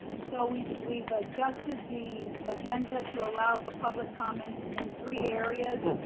so we've we've adjusted the agenda to allow for public comments in three areas,